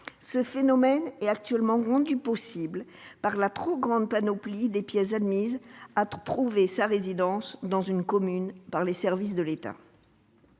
Le phénomène est actuellement rendu possible par la trop grande panoplie des pièces admises pour prouver sa résidence dans une commune par les services de l'État.